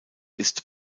ist